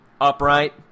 upright